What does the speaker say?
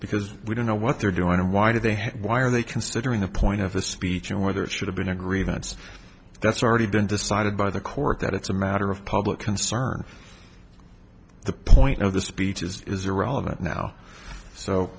because we don't know what they're doing and why do they why are they considering the point of the speech and whether it should have been a grievance that's already been decided by the court that it's a matter of public concern the point of the speech is irrelevant now so